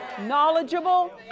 knowledgeable